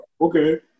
okay